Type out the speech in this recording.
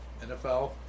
NFL